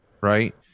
Right